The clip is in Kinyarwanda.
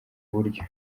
buryo